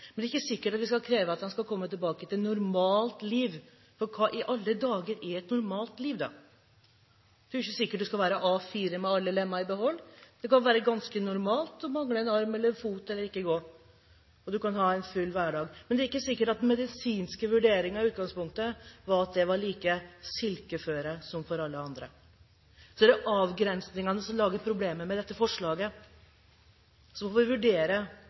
til et «normalt» liv. For hva i alle dager er et normalt liv? Det er ikke sikkert man skal være A4 med alle lemmer i behold. Det kan være ganske normalt å mangle en arm eller en fot eller ikke gå, og man kan ha en full hverdag. Men det er ikke sikkert den medisinske vurderingen i utgangspunktet var at de hadde samme «silkeføre» som alle andre. Så det er avgrensningene som lager problemer med dette forslaget. Så får vi vurdere